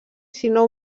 sinó